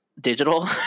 digital